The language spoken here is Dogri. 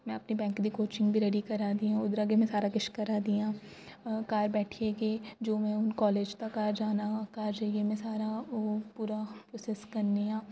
में अपनी बैंक दी कोचिंग बी रेडी करा दियां उद्धरा गै में सारा किश करा दियां घर बैठिये गै जो में कॉलेज दा घर जाना घर जाइयै में सारा ओह् पूरा प्रोसेस करनी आं